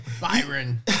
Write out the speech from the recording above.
Byron